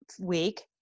week